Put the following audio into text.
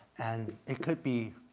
and it could be,